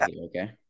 okay